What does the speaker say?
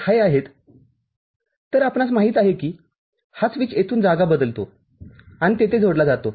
तरआपणास माहित आहे की हा स्विच येथून जागा बदलतो आणि तेथे जोडला जातो